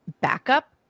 backup